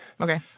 Okay